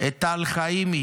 את טל חיימי,